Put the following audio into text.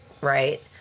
Right